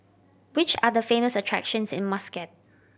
which are the famous attractions in Muscat